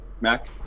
Mac